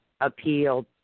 appeal